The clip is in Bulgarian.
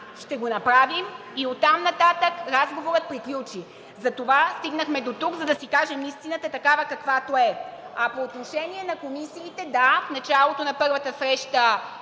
ще го направим, и оттам нататък разговорът приключи. Затова стигнахме дотук, за да си кажем истината такава, каквато е. По отношение на комисиите, да, в началото, на първата среща,